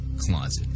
Closet